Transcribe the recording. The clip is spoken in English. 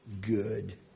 good